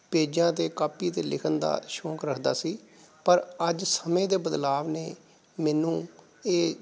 ਪੇਜਾਂ 'ਤੇ ਕਾਪੀ 'ਤੇ ਲਿਖਣ ਦਾ ਸ਼ੌਂਕ ਰੱਖਦਾ ਸੀ ਪਰ ਅੱਜ ਸਮੇਂ ਦੇ ਬਦਲਾਵ ਨੇ ਮੈਨੂੰ ਇਹ